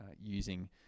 using